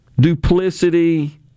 duplicity